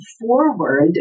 forward